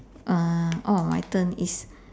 uh oh my turn is